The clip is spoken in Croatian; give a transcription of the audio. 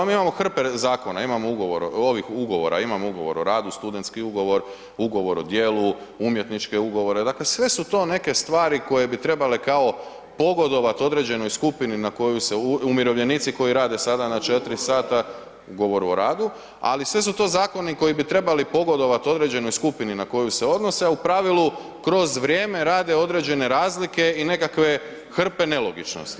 Mi imamo hrpe zakona, imamo ugovora, ovih ugovora, imamo ugovora o radu, studentski ugovor, ugovor o djelu, umjetničke ugovore, dakle sve su to neke stvari koje bi trebale kao pogodovati određenoj skupini na koju se, umirovljenici koji rade sada na 4 sata, ugovor o radu, ali sve su to zakoni koji bi trebali pogodovati određenoj skupini na koju se odnose, a u pravilu kroz vrijeme rade određene razlike i nekakve hrpe nelogičnosti.